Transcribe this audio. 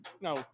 No